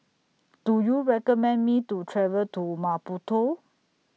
Do YOU recommend Me to travel to Maputo